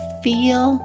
feel